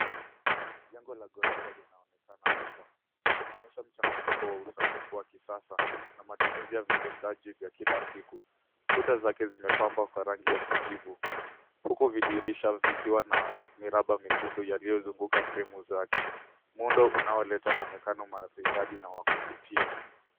Jengo la ghorofa linaonekana hapa .Vinaonyesha mchanganyiko wa usanifu wa kisasa na matumizi ya vitendaji vya kila siku. Kuta zake zimepambwa kwa rangi ya kijivu huku vidirisha vikiwa na miraba miekundu yaliyozunguka fremu zake. Muundo unaoleta mwonekano maridadi na wa kuvutia.